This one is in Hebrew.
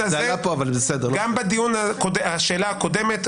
גם בשאלה הקודמת,